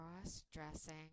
cross-dressing